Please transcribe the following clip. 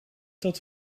dat